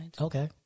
Okay